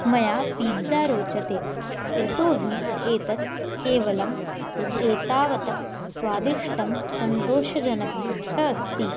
मया पिज़्ज़ा रोचते यतोहि एतत् केवलम् एतावत् स्वादिष्टं सन्तोषजनकं च अस्ति